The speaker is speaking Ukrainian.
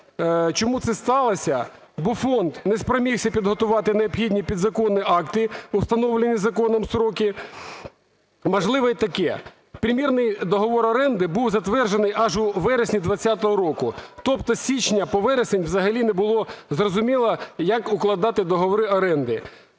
Чому це сталося? Бо фонд не спромігся підготувати необхідні підзаконні акти в установлені законом строки. Можливо і таке, примірний договір оренди був затверджений аж у вересні 20-го року. Тобто з січня по вересень взагалі не було зрозуміло, як укладати договори оренди.